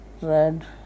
red